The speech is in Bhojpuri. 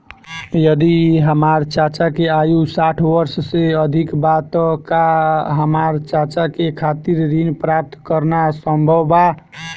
यदि हमार चाचा के आयु साठ वर्ष से अधिक बा त का हमार चाचा के खातिर ऋण प्राप्त करना संभव बा?